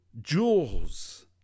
jewels